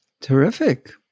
Terrific